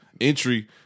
Entry